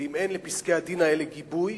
ואם אין לפסקי-הדין האלה גיבוי,